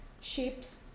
shapes